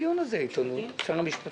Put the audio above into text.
בתי הדין זה לא דבר כוללני.